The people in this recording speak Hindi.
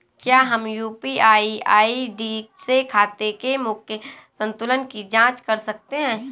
क्या हम यू.पी.आई आई.डी से खाते के मूख्य संतुलन की जाँच कर सकते हैं?